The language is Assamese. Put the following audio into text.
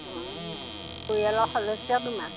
অঁ পৰিয়ালৰ সদস্য় কিমান